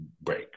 break